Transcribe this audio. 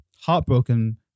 heartbroken